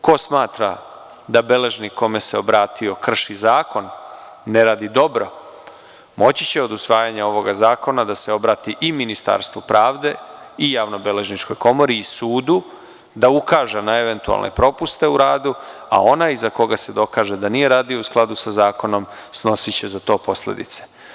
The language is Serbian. Ko smatra da beležnik kome se obratio krši zakon i ne radi dobro, moći će od usvajanja ovog zakona da se obrati i Ministarstvu pravde i Javnobeležničkoj komori i sudu, da ukaže na eventualne propuste u radu, a onaj za koga se dokaže da nije radio u skladu sa zakonom snosi će za to posledice.